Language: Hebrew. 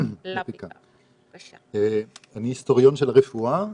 אני היסטוריון של רפואה,